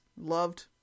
loved